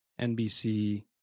NBC